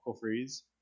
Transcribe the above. Freeze